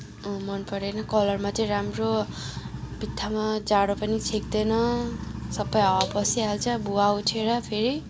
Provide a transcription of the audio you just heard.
मनपरेन कलरमा चाहिँ राम्रो बित्थामा जाडो पनि छेक्दैन सबै हावा पसिहाल्छ भुवा उठेर फेरि